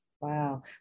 Wow